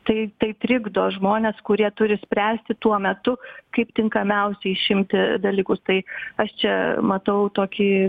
tai tai trikdo žmones kurie turi spręsti tuo metu kaip tinkamiausiai išimti dalykus tai aš čia matau tokį